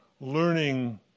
learning